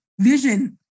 vision